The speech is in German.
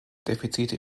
defizite